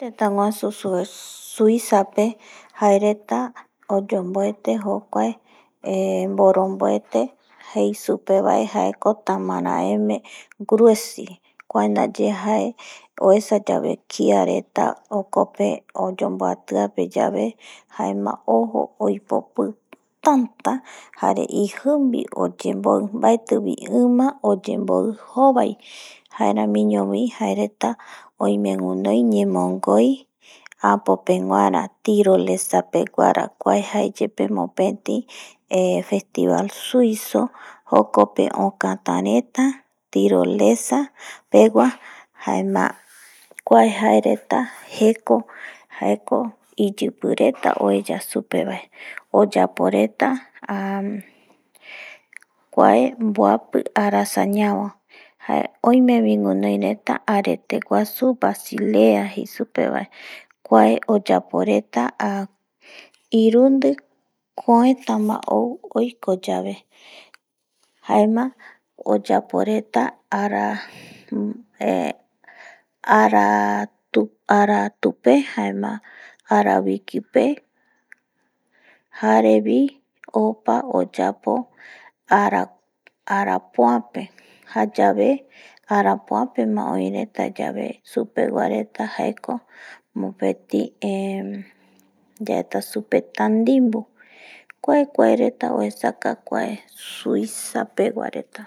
Tëtäguasu suizape jae reta oyomboete jopokuae mboronboete jei supe vae jaeko tamaraeme gruesi kua ndaye jae oesa yave kia reta jokope oyonbuati ape yave jaema ojo oipopi tata jare ijinbivi oyemboi jare mbaeti ima oyemboi jovai jaeramiñovi jaereta oime guinoi yemongoi peguara tirolesa peguara jae yepe mopeti festival suizo jokope okata reta tiroleza jaema kuae jae reta jeko jaeko iyipi reta oeya supe vae oyapo reta kuae mboapi ara ñavo oimevi guinoi reta arete guasu basilea jei supe reta va kuae jae oyapo reta irundi kuetama ou oiko yave jaema oyapo reta araatupe jaema barabiki pe jare bi opa oyapo araapoape jayave arapoape ma oi reta yave supegua reta jaeko mopeti yaeta supe taninbu, kuakua reta jae.